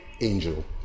angel